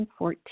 2014